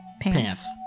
Pants